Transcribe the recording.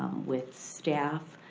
with staff,